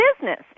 business